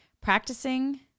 practicing